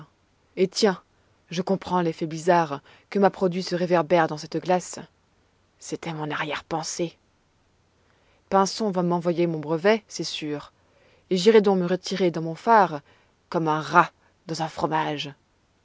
et tiens je comprends l'effet bizarre que m'a produit ce réverbère dans cette glace c'était mon arrière-pensée pinson va m'envoyer mon brevet c'est sûr et j'irai donc me retirer dans mon phare comme un rat dans un fromage